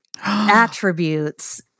attributes